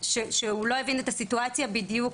שהוא לא הבין את הסיטואציה בדיוק,